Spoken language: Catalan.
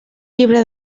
llibre